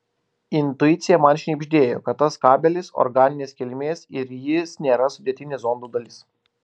intuicija man šnibždėjo kad tas kabelis organinės kilmės ir jis nėra sudėtinė zondo dalis